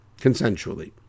consensually